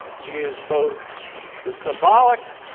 he is both the symbolic